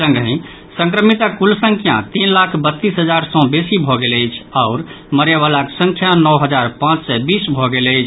संगहि संक्रमितक कुल संख्या तीन लाख बत्तीस हजार सँ बेसी भऽ गेल अछि आओर मरयवलाक संख्या नओ हजार पांच सय बीस भऽ गेल अछि